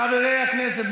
חברי הכנסת,